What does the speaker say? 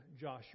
Joshua